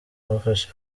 bafashe